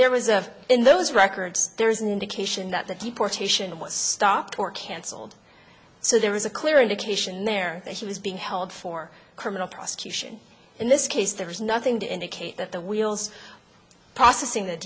there was a in those records there is an indication that the deportation was stopped or cancelled so there is a clear indication there that he was being held for criminal prosecution in this case there was nothing to indicate that the wheels processing th